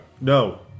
No